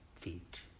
feet